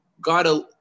God